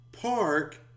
park